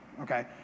okay